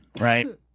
Right